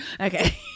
Okay